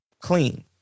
Clean